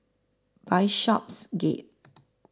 Bishopsgate